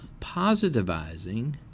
positivizing